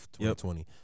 2020